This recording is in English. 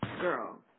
girl